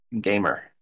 Gamer